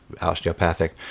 osteopathic